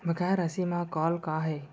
बकाया राशि मा कॉल का हे?